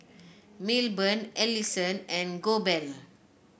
Milburn Ellison and Goebel